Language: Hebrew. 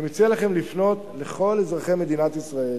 מציע לכם לפנות לכל אזרחי מדינת ישראל,